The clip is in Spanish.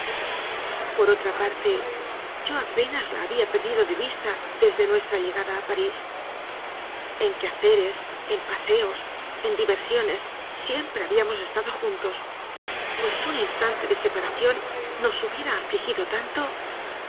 por otra parte yo apenas la había perdido de vista desde nuestra llegada a parís en quehace res en paseos en diversiones siempre habíamos estado juntos pues un instante de separación nos hubiera afligido tanto